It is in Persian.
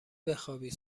بخوابی